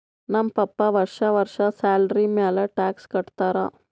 ನಮ್ ಪಪ್ಪಾ ವರ್ಷಾ ವರ್ಷಾ ಸ್ಯಾಲರಿ ಮ್ಯಾಲ ಟ್ಯಾಕ್ಸ್ ಕಟ್ಟತ್ತಾರ